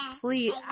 Please